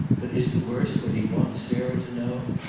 but is the worst what he wants sarah to know?